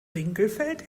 winkelfeld